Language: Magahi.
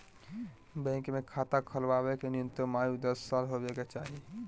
बैंक मे खाता खोलबावे के न्यूनतम आयु दस साल होबे के चाही